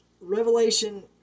Revelation